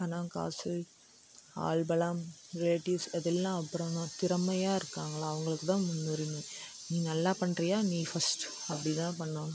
பணம் காசு ஆள் பலம் ரிலேட்டிவ்ஸ் இதெல்லாம் அப்புறம் தான் திறமையாக இருக்காங்களா அவங்களுக்கு தான் முன்னுரிமை நீ நல்லா பண்ணுறியா நீ ஃபர்ஸ்ட் அப்படி தான் பண்ணுவாங்க